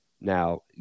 Now